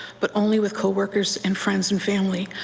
but only with coworkers and friends and family.